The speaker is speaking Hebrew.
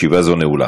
ישיבה זו נעולה.